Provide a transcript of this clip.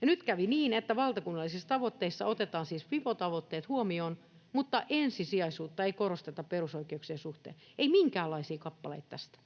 Nyt kävi niin, että valtakunnallisissa tavoitteissa otetaan siis fipo-tavoitteet huomioon mutta ensisijaisuutta ei korosteta perusoikeuksien suhteen — ei minkäänlaisia kappaleita tästä.